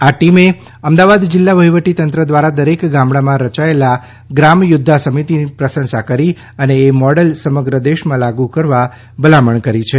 આ ટીમે અમદાવાદ જીલ્લા વફીવટી તંત્ર દ્વારા દરેક ગામડામાં રચાયેલા ગ્રામ યોદ્વા સમિતિની પ્રશંસા કરી અને એ મોડેલ સમગ્ર દેશમાં લાગુ કરવા અંગે વિચાર વ્યક્ત કર્યો